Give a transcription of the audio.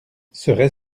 serait